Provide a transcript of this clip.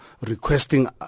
requesting